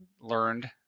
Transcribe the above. learned